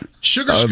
sugar